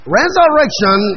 Resurrection